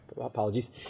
Apologies